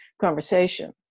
conversation